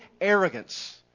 arrogance